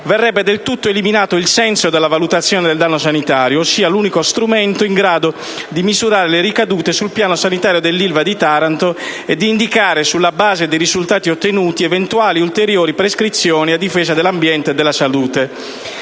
verrebbe del tutto eliminato il senso della valutazione del danno sanitario, ossia l'unico strumento in grado di misurare le ricadute sul piano sanitario dell'Ilva di Taranto e di indicare, sulla base dei risultati ottenuti, eventuali ulteriori prescrizioni a difesa dell'ambiente e della salute.